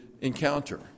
encounter